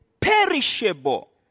perishable